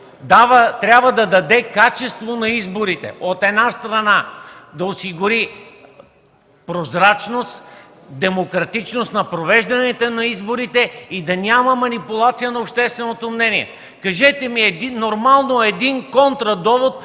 трябва да даде качество на изборите: от една страна, да осигури прозрачност, демократичност на провеждането на изборите и да няма манипулация на общественото мнение. Кажете нормално един контрадовод